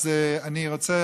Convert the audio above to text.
אני רוצה,